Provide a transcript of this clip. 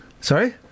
Sorry